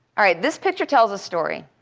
all right. this picture tells a story.